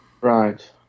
Right